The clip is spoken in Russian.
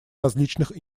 различных